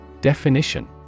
Definition